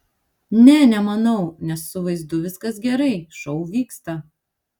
ne nemanau nes su vaizdu viskas gerai šou vyksta